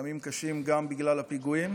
ימים קשים גם בגלל הפיגועים